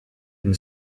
une